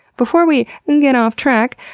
before we and get off track,